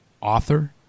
author